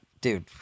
dude